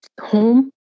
home